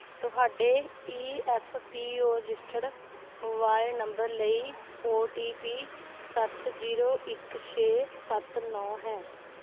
ਤੁਹਾਡੇ E F P O registered mobile number ਲਈ O T P ਸੱਤ zero ਇੱਕ ਛੇ ਸੱਤ ਨੌਂ ਹੈ